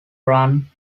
run